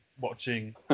watching